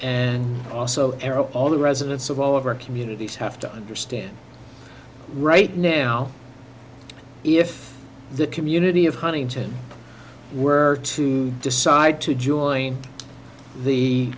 and also air all the residents of all of our communities have to understand right now if the community of huntington were to decide to join the